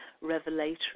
revelatory